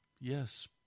Yes